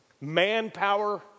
manpower